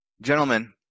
Gentlemen